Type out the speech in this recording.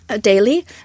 daily